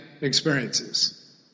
experiences